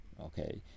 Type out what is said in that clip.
Okay